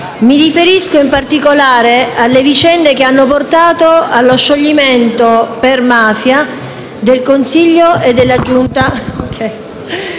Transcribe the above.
Mi riferisco in particolare alle vicende che hanno portato allo scioglimento per mafia del Consiglio e della Giunta